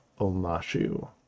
omashu